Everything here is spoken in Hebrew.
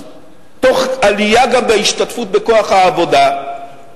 תוך עלייה בהשתתפות בכוח העבודה,